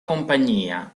compagnia